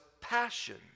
passion